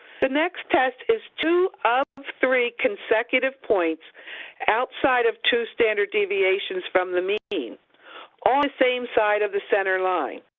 the next test is two of three consecutive points outside of two standard deviations from the mean on the same side of the center line.